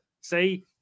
See